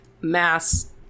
mass